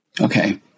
Okay